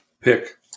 pick